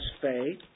faith